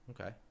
Okay